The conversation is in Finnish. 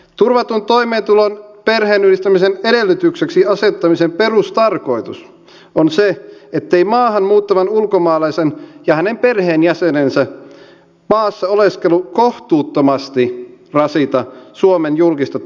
turvatun toimeentulon perheenyhdistämisen edellytykseksi asettamisen perustarkoitus on se ettei maahan muuttavan ulkomaalaisen ja hänen perheenjäsenensä maassa oleskelu kohtuuttomasti rasita suomen julkista taloutta